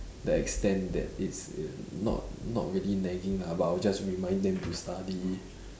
the extent that it's it not not really nagging ah but I will just remind them to study